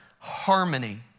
Harmony